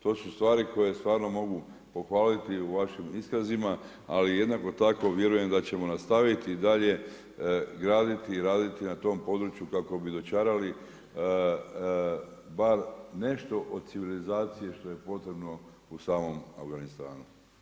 To su stvari koje stvarno mogu pohvaliti i u vašim iskazima ali jednako tako vjerujem da ćemo nastaviti dalje graditi i raditi na tom području kako bi dočarali bar nešto o civilizaciji što je potrebno u samom Afganistanu.